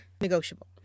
negotiable